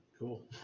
Cool